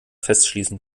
festschließen